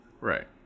Right